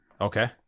Okay